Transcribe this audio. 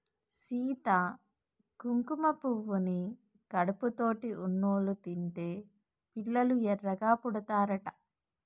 సీత కుంకుమ పువ్వుని కడుపుతోటి ఉన్నోళ్ళు తింటే పిల్లలు ఎర్రగా పుడతారట